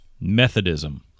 Methodism